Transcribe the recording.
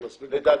לדעתי,